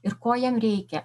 ir ko jam reikia